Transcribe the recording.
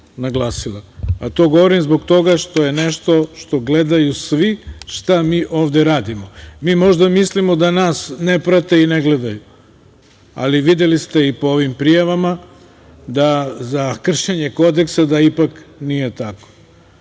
a to govorim zbog toga što je nešto što gledaju svi šta mi ovde radimo. Mi možda mislimo da nas ne prate i ne gledaju, ali videli ste i po ovim prijavama da za kršenje Kodeksa da ipak nije tako. Druga